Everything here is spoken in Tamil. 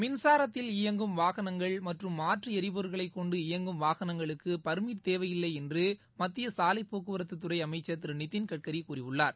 மின்சாரத்தில் இயங்கும் வாகனங்கள் மற்றும் மாற்றுளரிபொருட்களைக் கொண்டு இயங்கும் வாகனங்களுக்குபர்மிட் பெறத்தேவையில்லைஎன்றுமத்தியசாவைப் போக்குவரத்துதுறைஅமைச்சர் திருநிதின் கட்கரிகூறியுள்ளார்